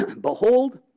Behold